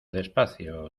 despacio